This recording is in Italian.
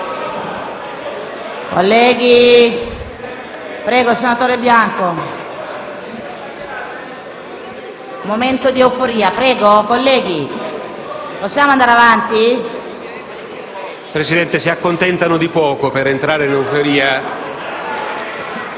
Presidente, si accontentano di poco per entrare in euforia.